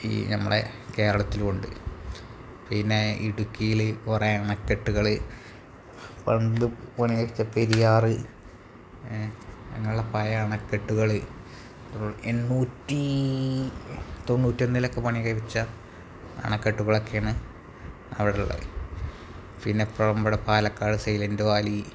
ഈ നമ്മളെ കേരളത്തിലുമുണ്ട് പിന്നെ ഇടുക്കിയില് കുറേ അണക്കെട്ടുകള് പണ്ട് പണി കഴിപ്പിച്ച പെരിയാര് അങ്ങനെയുള്ള പഴയ അണക്കെട്ടുകള് എത്ര എണ്ണൂറ്റി തൊണ്ണൂറ്റൊന്നിലൊക്കെ പണി കഴിച്ച അണക്കെട്ടുകളൊക്കെയാണ് അവിടുള്ളത് പിന്നെ ഇപ്പോള് നമ്മുടെ പാലക്കാട് സൈലൻറ്റ് വാലി